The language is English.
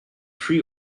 pre